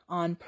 on